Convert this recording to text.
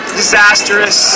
disastrous